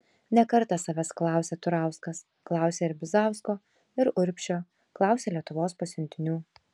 ne kartą savęs klausė turauskas klausė ir bizausko ir urbšio klausė lietuvos pasiuntinių